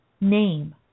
name